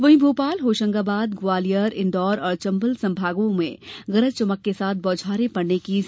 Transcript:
वहीं भोपाल होशंगाबाद ग्वालियर इंदौंर और चम्बल संभागों में गरज चमक के साथ बौछारें पड़ने की संभावना है